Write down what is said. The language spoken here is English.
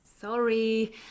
Sorry